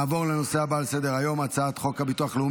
אני קובע כי הצעת חוק משפחות חיילים